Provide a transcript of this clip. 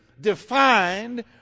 defined